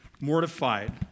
mortified